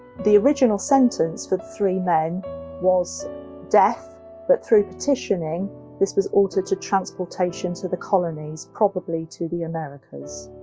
the original sentence for the three men was death but through petitioning this was altered to transportation to the colonies probably to the americas.